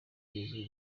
rizwi